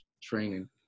training